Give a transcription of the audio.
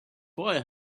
fire